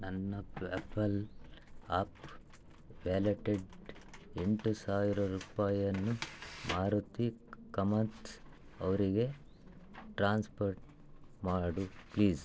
ನನ್ನ PayPal app ವ್ಯಾಲೆಟ್ಟೆಡ್ ಎಂಟು ಸಾವಿರ ರೂಪಾಯನ್ನು ಮಾರುತಿ ಕ್ ಕಾಮತ್ ಅವರಿಗೆ ಟ್ರಾನ್ಸ್ಪರ್ ಮಾಡು ಪ್ಲೀಸ್